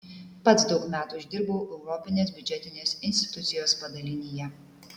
pats daug metų išdirbau europinės biudžetinės institucijos padalinyje